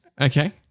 Okay